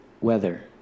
Weather